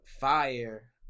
fire